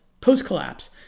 Post-Collapse